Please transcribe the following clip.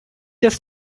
just